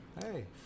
Hey